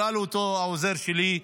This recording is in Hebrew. הראה לי אותו העוזר שלי,